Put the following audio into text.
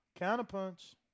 counterpunch